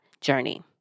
journey